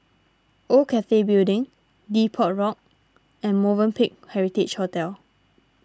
Old Cathay Building Depot Walk and Movenpick Heritage Hotel